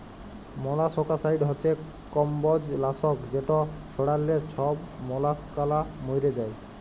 molluscicide হছে কমবজ লাসক যেট ছড়াল্যে ছব মলাসকালা ম্যইরে যায়